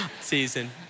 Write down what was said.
season